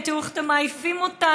"תראו איך אתם מעייפים אותנו,